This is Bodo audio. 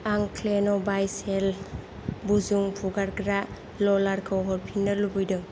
आं क्लेन' बाइस सेल बुजुं फुगारग्रा ललारखौ हरफिन्नो लुबैदों